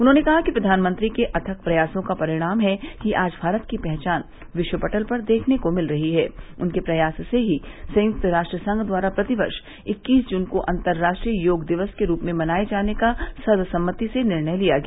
उन्होंने कहा कि प्रघानमंत्री के अथक प्रयासों का परिणाम है कि आज भारत की पहचान विश्व पटल पर देखने को मिल रही है उनके प्रयास से ही संयुक्त राष्ट्र संघ द्वारा प्रतिवर्ष इक्कीस जून को अतर्राष्ट्रीय योग दिवस के रूप में मनाये जाने का सर्वसम्मति से निर्णय लिया गया